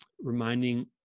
reminding